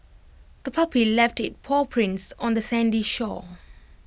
the puppy left its paw prints on the sandy shore